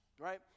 Right